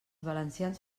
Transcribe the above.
valencians